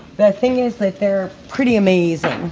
the thing is that they're pretty amazing,